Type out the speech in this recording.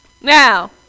Now